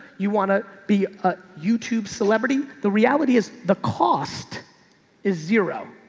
you want to be a youtube celebrity. the reality is the cost is zero.